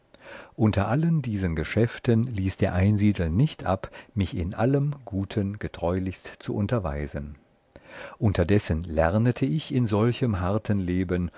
unter allen diesen geschäften ließ der einsiedel nicht ab mich in allem guten getreulichst zu unterweisen unterdessen lernete ich in solchem harten leben